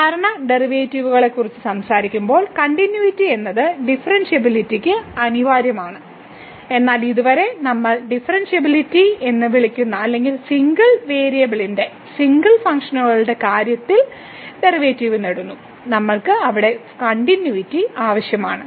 സാധാരണ ഡെറിവേറ്റീവുകളെക്കുറിച്ച് സംസാരിക്കുമ്പോൾ കണ്ടിന്യൂയിറ്റി എന്നത് ഡിഫറൻസിബിലിറ്റിക്ക് അനിവാര്യമാണ് എന്നാൽ ഇതുവരെ നമ്മൾ ഡിഫറൻസിബിലിറ്റി എന്ന് വിളിക്കുന്നു അല്ലെങ്കിൽ സിംഗിൾ വേരിയബിളിന്റെ സിംഗിൾ ഫംഗ്ഷനുകളുടെ കാര്യത്തിൽ ഡെറിവേറ്റീവ് നേടുന്നു നമ്മൾക്ക് ഫംഗ്ഷന്റെ കണ്ടിന്യൂയിറ്റി ആവശ്യമാണ്